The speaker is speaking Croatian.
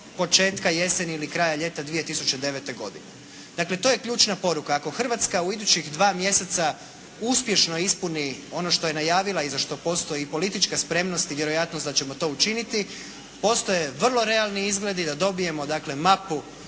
početka jeseni ili kraja ljeta 2009. godine. Dakle to je ključna poruka, ako Hrvatska u idućih dva mjeseca uspješno ispuni ono što je najavila i za što postoji i politička spremnost i vjerojatnost da ćemo to učiniti postoje vrlo realni izgledi da dobijemo